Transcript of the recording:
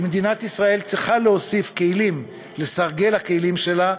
כי מדינת ישראל צריכה להוסיף כלים לסרגל הכלים שלה,